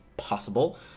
possible